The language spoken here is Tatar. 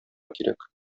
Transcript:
кирәк